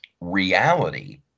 reality